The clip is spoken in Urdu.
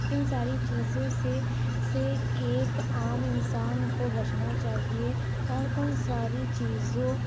ان ساری چیزوں سے سے ایک عام انسان کو بچنا چاہیے اور ان ساری چیزوں